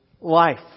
life